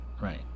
Right